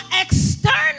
external